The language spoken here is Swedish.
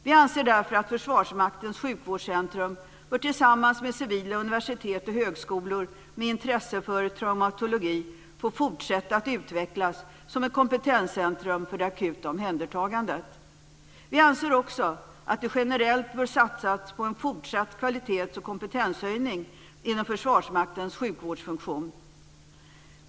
Vi anser därför att Försvarsmaktens sjukvårdscentrum tillsammans med civila universitet och högskolor med intresse för traumatologi ska få fortsätta att utvecklas som ett kompetenscentrum för det akuta omhändertagandet. Vi anser också att det generellt bör satsas på en fortsatt kvalitets och kompetenshöjning inom Försvarsmaktens sjukvårdsfunktion.